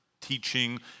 teaching